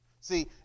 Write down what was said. See